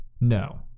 No